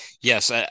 yes